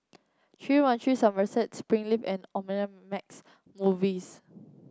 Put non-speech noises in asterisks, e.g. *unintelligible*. three one three Somerset Springleaf and *unintelligible* Movies